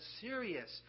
serious